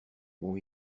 bon